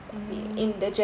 mm